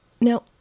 Now